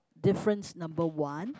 difference number one